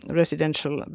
residential